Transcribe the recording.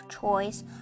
choice